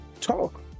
talk